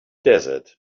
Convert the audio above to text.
desert